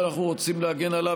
שאנחנו רוצים להגן עליו,